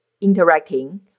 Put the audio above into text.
interacting